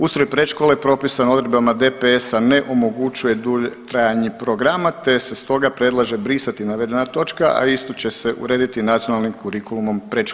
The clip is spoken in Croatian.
Ustroj predškole propisan odredbama DPS-a ne omogućuje dulje trajanje programa, te se stoga predlaže brisati navedena točka, a isto će se urediti nacionalnim kurikulumom predškole.